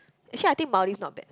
actually I think Maldives not bad